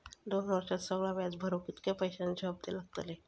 दोन वर्षात सगळा व्याज भरुक कितक्या पैश्यांचे हप्ते लागतले?